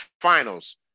finals